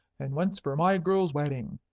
and once for my girl's wedding.